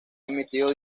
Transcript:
emitido